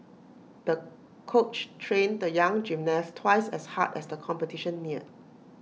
the coach trained the young gymnast twice as hard as the competition neared